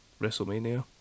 WrestleMania